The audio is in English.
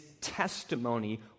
testimony